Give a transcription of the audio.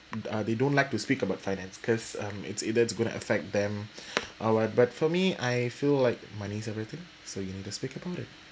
uh they don't like to speak about finance because um it's either it's going to affect them or what but for me I feel like money is everything so you need to speak about it